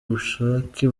ubushake